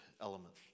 element